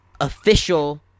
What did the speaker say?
official